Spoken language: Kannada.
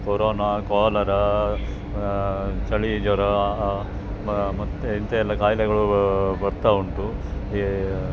ಕೊರೋನಾ ಕಾಲರ ಚಳಿ ಜ್ವರ ಮತ್ತು ಇಂಥ ಎಲ್ಲ ಕಾಯಿಲೆಗಳು ಬರ್ತಾ ಉಂಟು ಈ